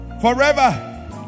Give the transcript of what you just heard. forever